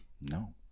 No